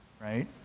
right